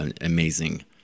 amazing